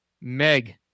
meg